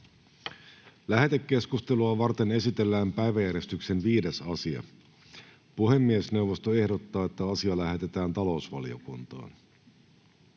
Lähetekeskustelua varten esitellään päiväjärjestyksen 5. asia. Puhemiesneuvosto ehdottaa, että asia lähetetään talousvaliokuntaan.